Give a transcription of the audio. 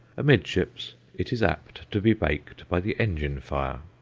amidships it is apt to be baked by the engine fire.